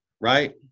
right